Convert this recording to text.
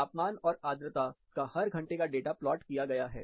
तापमान और आर्द्रता का हर घंटे का डाटा प्लॉट किया गया है